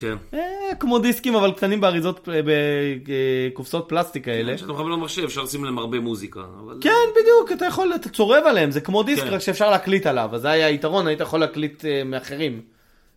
כמו דיסקים אבל קטנים באריזות בקופסאות פלסטיק כאלה. אתה יכול, אתה צורב עליהם, זה כמו דיסק שאפשר להקליט עליו, וזה היה היתרון, היית יכול להקליט מאחרים.